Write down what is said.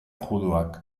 juduak